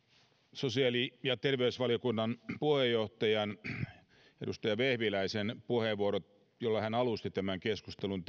sosiaali ja terveysvaliokunnan puheenjohtajan edustaja vehviläisen puheenvuoro jolla hän alusti tämän keskustelun